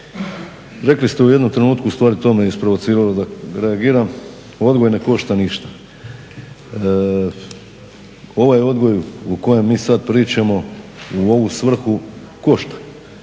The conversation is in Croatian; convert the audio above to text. rekli ste u jednom trenutku, ustvari to me isprovociralo da reagiram, odgoj ne košta ništa. Ovaj odgoj o kojem mi sad pričamo u ovu svrhu košta,